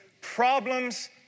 Problems